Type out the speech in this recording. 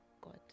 God